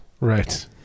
Right